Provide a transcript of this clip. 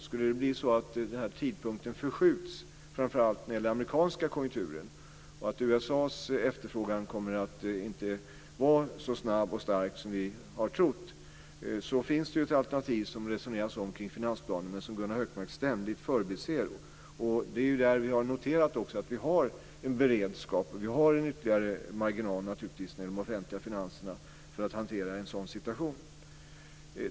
Skulle det bli så att den tidpunkten förskjuts, framför allt i den amerikanska konjunkturen, så att USA:s efterfrågan inte kommer att vara så snabb och stark som vi har trott, finns det ett alternativ som det har resonerats om i finansplanen men som Gunnar Hökmark ständigt förbiser. Vi har där noterat att vi har en beredskap, en ytterligare marginal, i de offentliga finanserna för att hantera en sådan situation.